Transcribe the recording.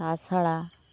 তাছাড়া